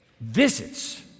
visits